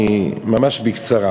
ממש בקצרה,